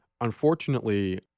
Unfortunately